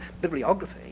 bibliography